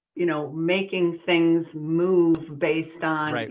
you know making things move based on